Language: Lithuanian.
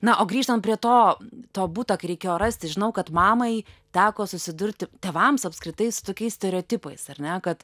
na o grįžtant prie to to buto kai reikėjo rasti žinau kad mamai teko susidurti tėvams apskritai su tokiais stereotipais ar ne kad